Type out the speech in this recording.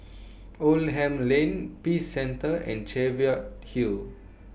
Oldham Lane Peace Centre and Cheviot Hill